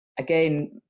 Again